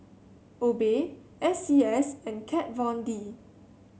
Obey S C S and Kat Von D